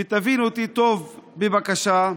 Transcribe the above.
ותבינו אותי טוב, בבקשה: